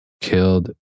killed